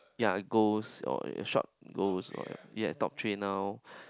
yea goals or short goals you've top three now